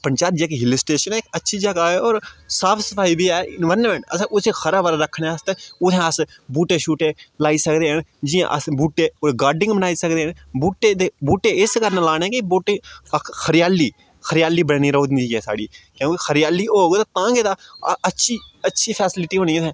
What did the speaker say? पंचैरी जेह्की hill station ऐ इक अच्छी जगह् ऐ होर साफ सफाई बी ऐ एनवायरनमेंट असें उसी हरा भरा रखने आस्तै उ'त्थें अस बूह्टे छूह्टे लाई सकदे न जि'यां अस बूह्टे होर गार्डनिंग बनाई सकदे न बूह्टे दे बूह्टे इस कारण लाने कि बूह्टे कक्ख हरियाली हरियाली बनी रौंह्दी ऐ साढ़ी क्योंकि हरियाली होग ते तां गै ते अच्छी अच्छी फैसिलिटी होनी उ'त्थें